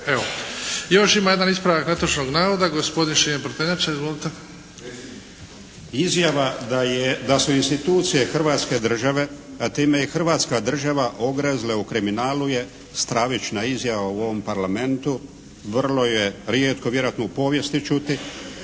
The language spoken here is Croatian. evo. Još ima jedan ispravak netočnog navoda, gospodin Šime Prtenjača. Izvolite. **Prtenjača, Šime (HDZ)** Izjava da je, da su institucije Hrvatske države, a time i Hrvatska država ogrizla u kriminalu je stravična izjava u ovom Parlamentu. Vrlo je rijetko, vjerojatno u povijesti čuti.